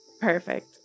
Perfect